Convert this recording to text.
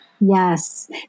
Yes